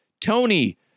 Tony